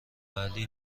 علی